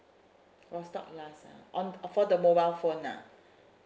while stock last ah on for the mobile phone ah